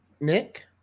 Nick